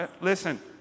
listen